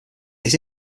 his